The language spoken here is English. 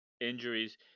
injuries